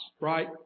right